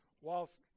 whilst